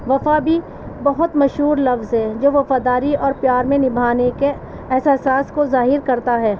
وفا بھی بہت مشہور لفظ ہے جو وفاداری اور پیار میں نبھانے کے احساساس کو ظاہر کرتا ہے